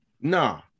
Nah